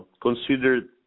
considered